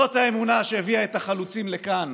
זאת האמונה שהביאה את החלוצים לכאן